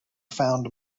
found